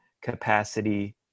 capacity